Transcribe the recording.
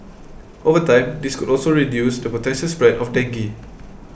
over time this could also reduce the potential spread of dengue